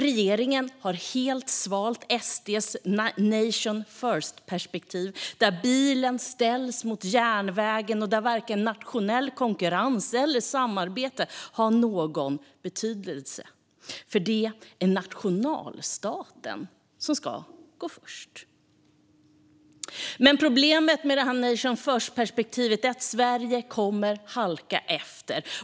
Regeringen har helt svalt SD:s nation first-perspektiv, där bilen ställs mot järnvägen och där varken nationell konkurrens eller samarbete har någon betydelse, för det är nationalstaten som ska gå först. Men problemet med nation first-perspektivet är att Sverige kommer att halka efter.